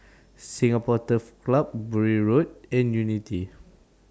Singapore Turf Club Bury Road and Unity